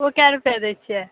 ओ कै रुपये दै छियै